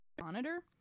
monitor